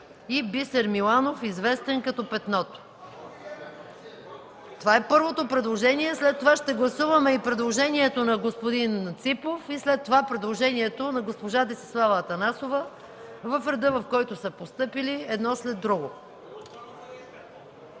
и Бисер Миланов, известен като Петното”. Това е първото предложение. След това ще гласуваме предложението на господин Ципов, и след това предложението на госпожа Десислава Атанасова – по реда, в който са постъпили, едно след друго.